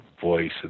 voice